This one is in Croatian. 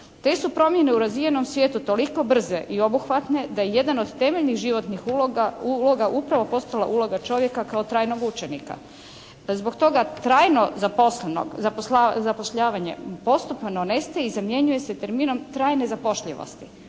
Te su promjene u razvijenom svijetu toliko brze i obuhvatne da jedan od temeljnih životnih uloga upravo postala uloga čovjeka kao trajnog učenika. Zbog toga trajno zaposlenog, zapošljavanje postupno nestaje i zamjenjuje se terminom trajne zapošljivosti.